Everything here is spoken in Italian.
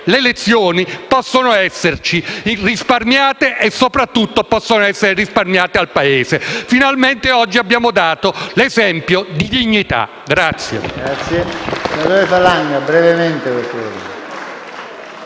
le lezioni possono esserci risparmiate e soprattutto possono essere risparmiate al Paese. Finalmente oggi abbiamo dato un esempio di dignità. *(Applausi